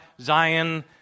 Zion